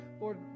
Lord